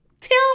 Tell